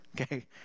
Okay